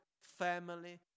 family